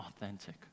authentic